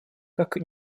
как